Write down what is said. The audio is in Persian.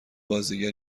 بازیگر